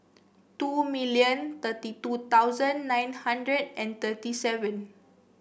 two million thirty two thousand nine hundred and thirty seven